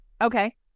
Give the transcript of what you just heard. Okay